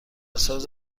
سایز